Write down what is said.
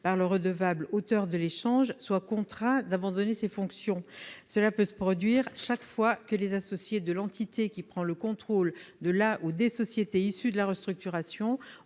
par le redevable auteur de l'échange soit contraint d'abandonner ses fonctions. Cela peut se produire chaque fois que les associés de l'entité qui prend le contrôle de la ou des sociétés issues de la restructuration